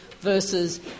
versus